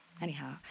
anyhow